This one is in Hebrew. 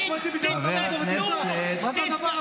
הוא לא יכול לעמוד פה, להפסיק את המלחמה,